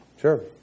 Sure